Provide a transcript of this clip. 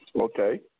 Okay